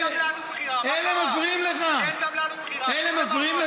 תן גם לנו בחירה, תן גם לנו בחירה, מה קרה?